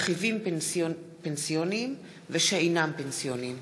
רכיבים פנסיוניים ושאינם פנסיוניים.